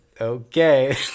Okay